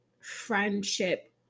friendship